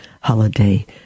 holiday